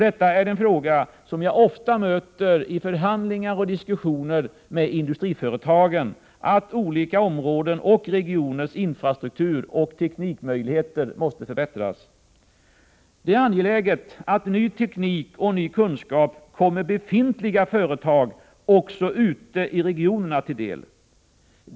Ett önskemål som jag ofta möter i förhandlingar och diskussioner med industriföretagen är att olika områdens och regioners infrastruktur och teknikmöjligheter måste förbättras. Det är angeläget att ny teknik och ny kunskap kommer befintliga företag också ute i regionerna till del.